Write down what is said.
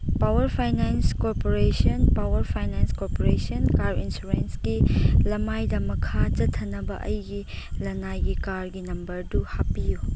power finance corporation power finance corporation car ꯏꯟꯁꯨꯔꯦꯟꯁꯀꯤ ꯂꯃꯥꯏꯗ ꯃꯈꯥ ꯆꯠꯊꯅꯕ ꯑꯩꯒꯤ ꯂꯅꯥꯏꯒꯤ ꯀꯥꯔꯒꯤ ꯅꯝꯕꯔꯗꯨ ꯍꯥꯞꯄꯤꯌꯨ